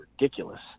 ridiculous